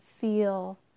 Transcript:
feel